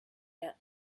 yet